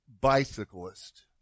bicyclist